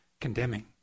condemning